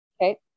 okay